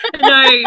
no